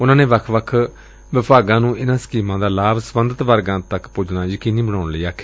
ਉਨਾਂ ਸਬੰਧਤ ਵਿਭਾਗਾਂ ਨੁੰ ਇਨਾਂ ਸਕੀਮਾਂ ਦਾ ਲਾਭ ਸਬੰਧਤ ਵਰਗਾਂ ਤਕ ਪੁੱਜਣਾ ਯਕੀਨੀ ਬਣਾਉਣ ਲਈ ਕਿਹਾ